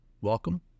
Welcome